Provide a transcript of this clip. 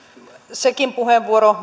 sekin puheenvuoro